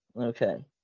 Okay